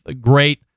Great